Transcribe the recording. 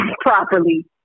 properly